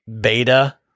beta